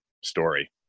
story